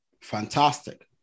fantastic